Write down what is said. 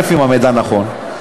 אם המידע נכון,